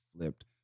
flipped